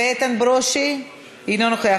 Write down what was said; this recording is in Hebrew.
איתן ברושי, אינו נוכח.